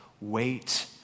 wait